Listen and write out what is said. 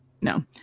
no